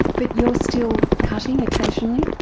but you're still cutting occasionally?